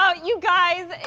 ah you guys.